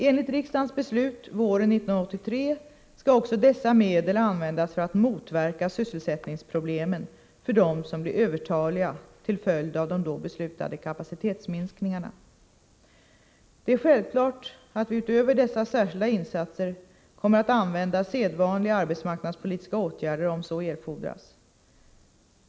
Enligt riksdagens beslut våren 1983 skall också dessa medel användas för att motverka sysselsättningsproblemen för dem som blir övertaliga till följd av de då beslutade kapacitetsminskningarna. Det är självklart att vi utöver dessa särskilda insatser kommer att använda sedvanliga arbetsmarknadspolitiska åtgärder om så erfordras.